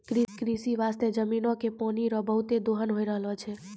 कृषि बास्ते जमीनो के पानी रो बहुते दोहन होय रहलो छै